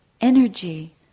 energy